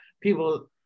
People